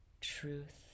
Truth